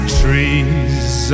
trees